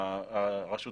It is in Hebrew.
רשות